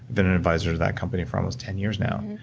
been an advisor to that company for almost ten years now,